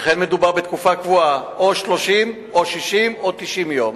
שכן מדובר בתקופה קבועה, או 30 או 60 או 90 יום,